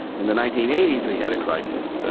in the nineteen eighty s we had a crisis,